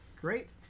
Great